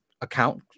account